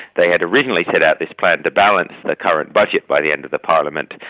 they had originally set out this plan to balance the current budget by the end of the parliament.